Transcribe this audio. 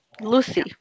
Lucy